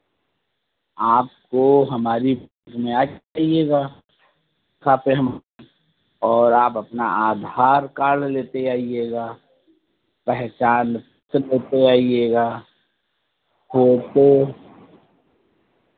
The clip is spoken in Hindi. आपको हमारी बैंक में आ जाइएगा खाते हम और अपना आधार कार्ड लेते आइएगा पहचान प्रूफ़ हो तो आइएगा फोटो